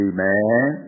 Amen